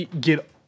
get